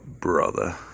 brother